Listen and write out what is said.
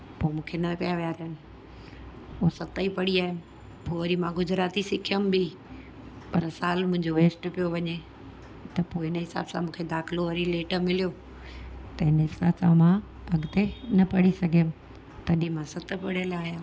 पोइ मूंखे न पिया विहारिनि पोइ सत ई पढ़ी आयमि पोइ वरी मां गुजराती सिखियमि बि पर सालु मुंहिंजो वेस्ट पियो वञे त पोइ अहिड़े हिसाब सां मूंखे दाख़िलो वरी लेट मिलियो त हिन हिसाब सां मां अॻिते न पढ़ी सघियमि तॾहिं मां सत पढ़ियलु आहियां